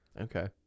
okay